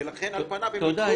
ולכן על פניו,